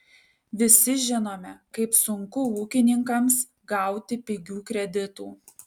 visi žinome kaip sunku ūkininkams gauti pigių kreditų